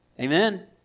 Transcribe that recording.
Amen